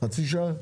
חצי שעה?